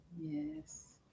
yes